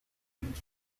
gets